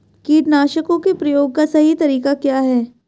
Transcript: कीटनाशकों के प्रयोग का सही तरीका क्या है?